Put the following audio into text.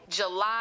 July